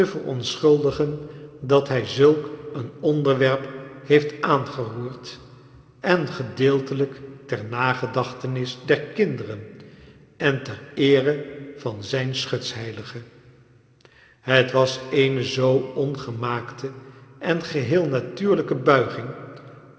verontschuldigen dat hij zulk een onderwerp het aangeroerd en gedeeltelijk ter nagedachtenis der kinderen en ter core van zijn schutsheilige het was eene zoo ongemaakte en geheel natuurlijke buiging